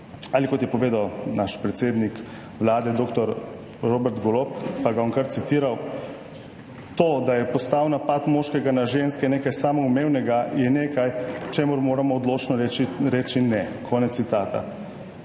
Ali kot je povedal naš predsednik Vlade dr. Robert Golob, ga bom kar citiral: »To, da je postal napad moškega na žensko nekaj samoumevnega, je nekaj, čemur moramo odločno reči ne.« Konec citata.